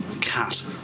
cat